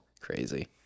crazy